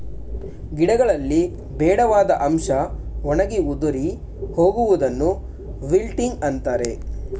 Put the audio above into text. ಗಿಡಗಳಲ್ಲಿ ಬೇಡವಾದ ಅಂಶ ಒಣಗಿ ಉದುರಿ ಹೋಗುವುದನ್ನು ವಿಲ್ಟಿಂಗ್ ಅಂತರೆ